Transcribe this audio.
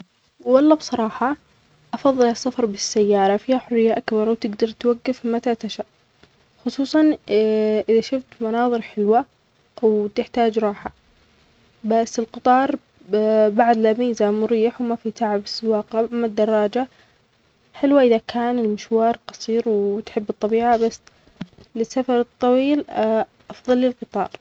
والله بصراحة أفضل السفر بالسيارة فيها حرية أكبر وتقدر توقف متي تشاء خصوصاً إذا شفت مناظر حلوة وتحتاج راحه بس القطار بعده لميزة مريح وما فيه تعب سواقا أما الدراجة حلوة إذا كان المشوار قصير وتحب الطبيعة بس للسفر الطويل أفضلي القطار